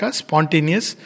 spontaneous